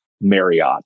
marriott